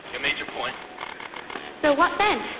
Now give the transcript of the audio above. you made your point so what then?